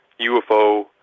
UFO